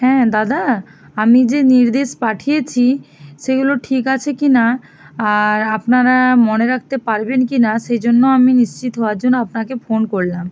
হ্যাঁ দাদা আমি যে নির্দেশ পাঠিয়েছি সেগুলো ঠিক আছে কি না আর আপনারা মনে রাখতে পারবেন কি না সেই জন্য আমি নিশ্চিত হওয়ার জন্য আপনাকে ফোন করলাম